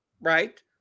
right